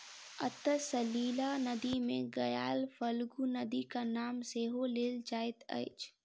अंतः सलिला नदी मे गयाक फल्गु नदीक नाम सेहो लेल जाइत अछि